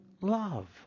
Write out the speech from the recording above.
love